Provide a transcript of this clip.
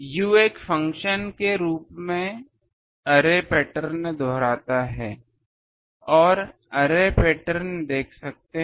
U के एक function के रूप में अरे पैटर्न दोहराता है आप अरे पैटर्न देख सकते हैं